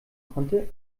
konnte